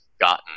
gotten